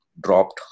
dropped